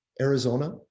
Arizona